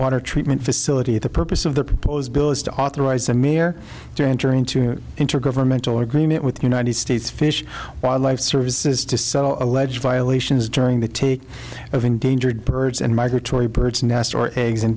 water treatment facility the purpose of the proposed bill is to authorize the mayor to enter into an intergovernmental agreement with the united states fish wildlife services to settle alleged violations during the take of endangered birds and migratory birds and